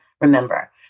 Remember